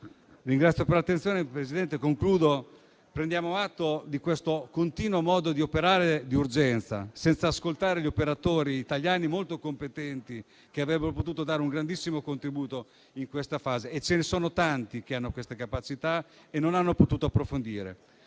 Ringraziando per l'attenzione, Presidente, concludo dicendo che prendiamo atto del continuo modo di operare d'urgenza, senza ascoltare gli operatori italiani molto competenti che avrebbero potuto dare un grandissimo contributo in questa fase - e ce ne sono tanti che hanno queste capacità - ma non hanno potuto approfondire.